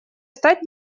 стать